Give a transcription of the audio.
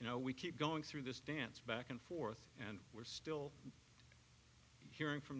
you know we keep going through this dance back and forth and we're still hearing from